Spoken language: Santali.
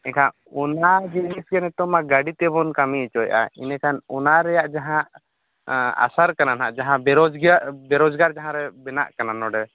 ᱮᱱᱠᱷᱟᱱ ᱚᱱᱟ ᱡᱤᱱᱤᱥ ᱜᱮ ᱱᱤᱛᱚᱜᱢᱟ ᱜᱟᱹᱰᱤ ᱛᱮᱵᱚᱱ ᱠᱟᱹᱢᱤ ᱦᱚᱪᱚᱭᱮᱫᱼᱟ ᱤᱱᱟᱹᱠᱷᱟᱱ ᱚᱱᱟ ᱨᱮᱭᱟᱜ ᱡᱟᱦᱟᱸ ᱟᱥᱟᱨ ᱠᱟᱱᱟ ᱱᱟᱦᱟᱜ ᱡᱟᱦᱟᱸ ᱵᱮᱨᱚᱡᱽᱜᱟᱨ ᱵᱮᱨᱚᱡᱽᱜᱟᱨ ᱡᱟᱦᱟᱸ ᱨᱮ ᱵᱮᱱᱟᱜ ᱠᱟᱱᱟ ᱱᱚᱸᱰᱮ